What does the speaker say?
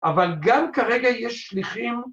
‫אבל גם כרגע יש שליחים...